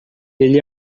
ele